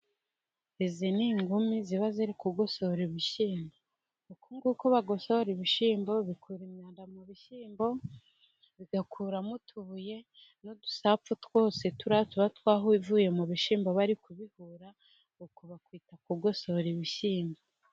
Izi n'ingumi ziba zigosora ibishyimbo, nguko bagosora ibishyimbo bakura imyanda mu bishyimbo. Bagakuramo utubuye n'udusapfu twose tuba twavuye mu bishyimbo bari kubihura. Uko bakwita kugosora ibishyimbo.